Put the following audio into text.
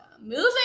Moving